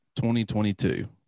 2022